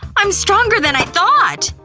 i'm stronger than i thought!